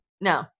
No